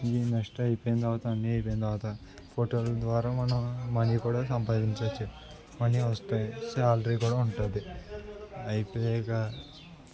ఇ next అయిపోయిన తరువాత అన్నీ అయిపోయిన తర్వాత ఫోటోల ద్వారా మనం మనీ కూడా సంపాదించవచ్చు మనీ వస్తాయి శాలరీ కూడా ఉంటుంది అయిపోయినాక